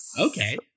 okay